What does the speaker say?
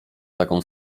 taką